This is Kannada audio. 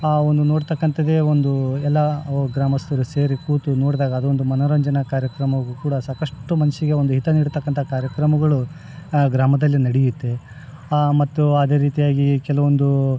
ಆ ಒಂದು ನೋಡ್ತಕ್ಕಂಥದೇ ಒಂದು ಎಲ್ಲ ಗ್ರಾಮಸ್ಥರು ಸೇರಿ ಕೂತು ನೋಡ್ದಾಗ ಅದು ಒಂದು ಮನರಂಜನೆ ಕಾರ್ಯಕ್ರಮವು ಕೂಡ ಸಾಕಷ್ಟು ಮನಸ್ಸಿಗೆ ಒಂದು ಹಿತ ನೀಡ್ತಕ್ಕಂಥ ಕಾರ್ಯಕ್ರಮಗಳು ಆ ಗ್ರಾಮದಲ್ಲಿ ನಡೆಯುತ್ತೆ ಮತ್ತು ಅದೇ ರೀತಿಯಾಗಿ ಕೆಲವೊಂದು